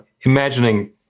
imagining